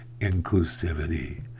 inclusivity